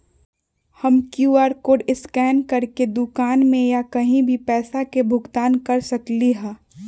हम QR code scan करके दुकान में या कहीं भी पैसा के भुगतान कर सकली ह?